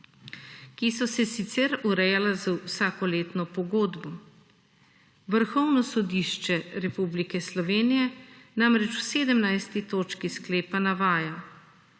ki so se sicer urejale z vsakoletno pogodbo. Vrhovno sodišče Republike Slovenije namreč v 17. točki sklepa navaja,